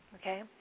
Okay